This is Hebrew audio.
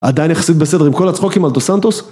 עדיין יחסית בסדר עם כל הצחוקים אלטו סנטוס?